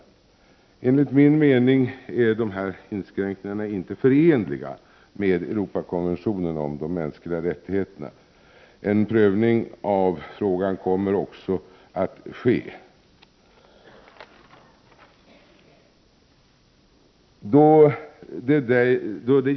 Enligt min mening är dessa inskränkningar inte förenliga med Europakonventionen om de mänskliga rättigheterna. En prövning av frågan kommer också att ske.